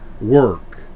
work